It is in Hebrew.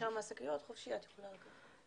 יש שם שקיות חופשי, את יכולה לקחת.